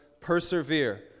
persevere